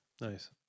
Nice